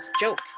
joke